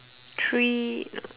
three no